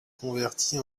convertie